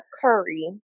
Curry